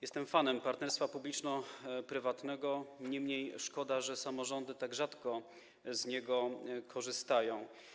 Jestem fanem partnerstwa publiczno-prywatnego, niemniej szkoda, że samorządy tak rzadko z tego korzystają.